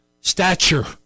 stature